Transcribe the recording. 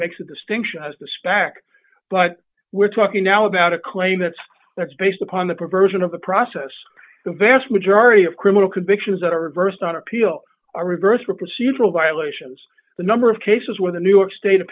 makes a distinction as to spec but we're talking now about a claim that's that's based upon the perversion of the process the vast majority of criminal convictions are reversed on appeal are reversed or procedural violations the number of cases where the new york state